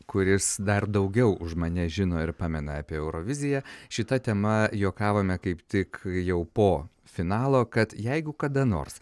kuris dar daugiau už mane žino ir pamena apie euroviziją šita tema juokavome kaip tik jau po finalo kad jeigu kada nors